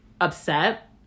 upset